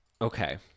Okay